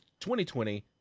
2020